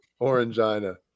Orangina